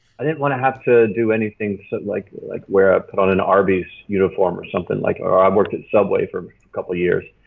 i didn't want to have to do anything to like like wear. ah put on an arby's uniform or something like. i worked at subway for a couple years.